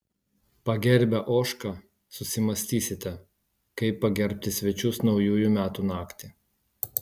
pagerbę ožką susimąstysite kaip pagerbti svečius naujųjų metų naktį